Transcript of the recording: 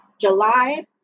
July